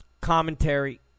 commentary